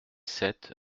sept